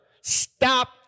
stop